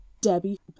Debbie